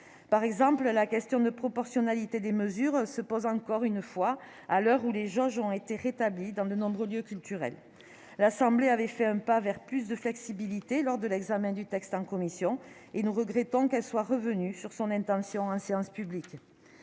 Par exemple, la question de la proportionnalité des mesures se pose encore une fois, à l'heure où les jauges ont été rétablies dans de nombreux lieux culturels. L'Assemblée nationale a fait un pas vers plus de flexibilité lors de l'examen du texte en commission, nous regrettons qu'elle soit revenue sur son intention en séance publique.